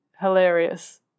hilarious